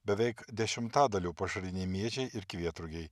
beveik dešimtadaliu pašariniai miežiai ir kvietrugiai